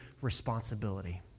responsibility